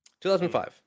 2005